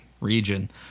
region –